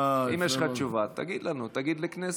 אם יש לך תשובה, תגיד לנו, תגיד לכנסת.